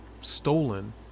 stolen